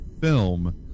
film